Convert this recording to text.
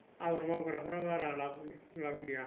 आबाद मावग्राफोरा बारा लाब गैया